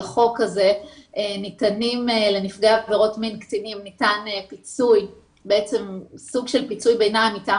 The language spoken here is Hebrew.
לחוק הזה לנפגעי עבירות מין קטינים ניתן פיצוי ביניים מטעם